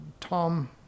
Tom